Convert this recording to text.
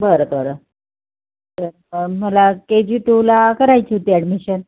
बरं बरं तर मला के जी टू ला करायची होती ॲडमिशन